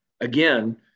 Again